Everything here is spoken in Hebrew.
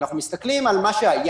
אנחנו מסתכלים על מה שהייתה.